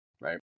right